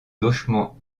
gauchement